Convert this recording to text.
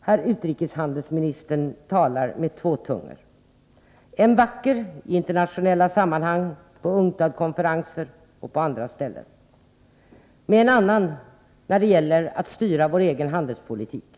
Herr utrikeshandelsministern talar med två tungor, med en vacker i internationella sammanhang, på UNCTAD-konferensen och på andra ställen, och med en annan när det gäller att styra vår egen handelspolitik.